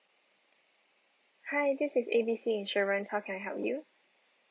hi this is A B C insurance how can I help you